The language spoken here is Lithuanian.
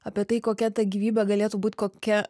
apie tai kokia ta gyvybė galėtų būt kokia